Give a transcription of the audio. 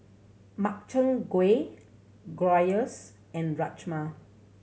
Makchang Gui Gyros and Rajma